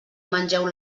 mengeu